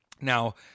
Now